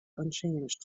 unchanged